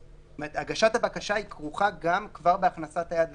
זאת אומרת, הגשת הבקשה כרוכה כבר בהכנסת היד לכיס.